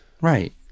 Right